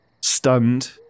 stunned